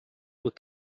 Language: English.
were